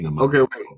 Okay